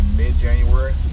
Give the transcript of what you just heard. mid-January